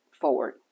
forward